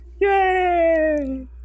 Yay